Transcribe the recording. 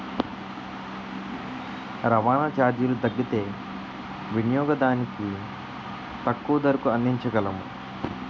రవాణా చార్జీలు తగ్గితే వినియోగదానికి తక్కువ ధరకు అందించగలము